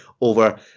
over